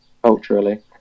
Culturally